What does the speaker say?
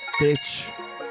Bitch